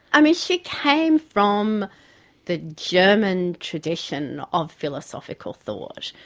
i mean, she came from the german tradition of philosophical thought.